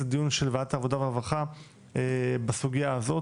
הדיון של וועדת העבודה והרווחה בסוגייה הזאת,